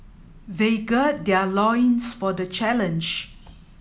they gird their loins for the challenge